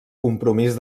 compromís